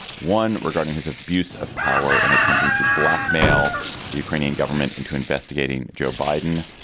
one regarding his abuse of power and attempting to blackmail the ukrainian government into investigating joe biden,